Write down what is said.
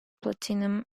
platinum